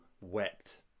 wept